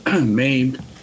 maimed